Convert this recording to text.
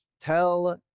tell